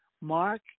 Mark